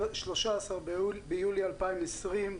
13 ביולי 2020,